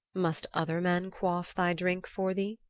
must other men quaff thy drink for thee?